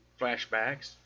flashbacks